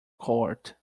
court